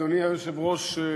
אדוני היושב-ראש,